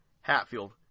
Hatfield